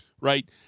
Right